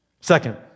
Second